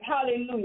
hallelujah